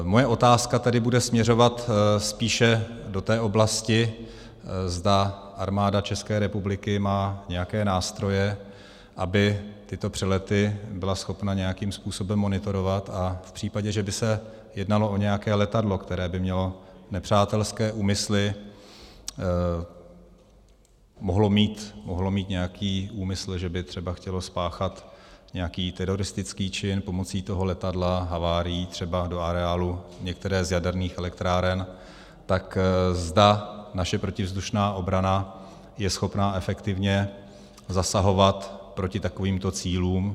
Moje otázka tedy bude směřovat spíše do té oblasti, zda Armáda České republiky má nějaké nástroje, aby tyto přelety byla schopna nějakým způsobem monitorovat, a v případě, že by se jednalo o nějaké letadlo, které by mělo nepřátelské úmysly mohlo by mít nějaký úmysl, že by třeba chtělo spáchat nějaký teroristický čin pomocí toho letadla, třeba havárií do areálu některé z jaderných elektráren tak zda naše protivzdušná obrana je schopna efektivně zasahovat proti takovýmto cílům.